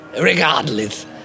regardless